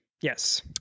Yes